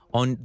on